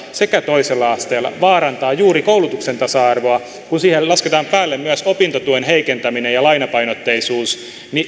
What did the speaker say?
sekä toisella asteella vaarantavat juuri koulutuksen tasa arvoa kun siihen lasketaan päälle myös opintotuen heikentäminen ja lainapainotteisuus